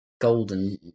golden